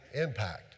impact